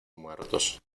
muertos